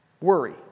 Worry